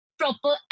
proper